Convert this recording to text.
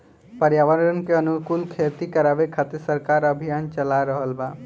पर्यावरण के अनुकूल खेती करावे खातिर सरकार अभियान चाला रहल बा